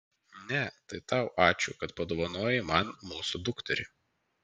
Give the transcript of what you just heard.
ne tai tau ačiū kad padovanojai man mūsų dukterį